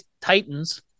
Titans